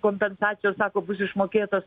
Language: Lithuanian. kompensacijos sako bus išmokėtos